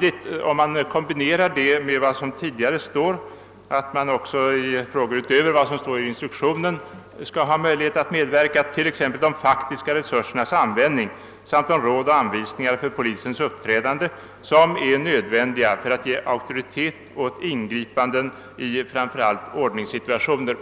Det kan kombineras med det tidigare uttalandet att det även i frågor som inte berörs av instruktionen skall finnas möjlighet att medverka, t.ex. beträffande de faktiska resursernas användning samt då det gäller råd och anvisningar för polisens uppträdande, vilka är nödvändiga för att ge auktoritet åt ingripanden i framför allt ordningssituationer.